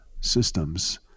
systems